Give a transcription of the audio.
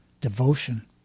devotion